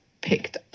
picked